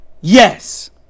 yes